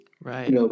Right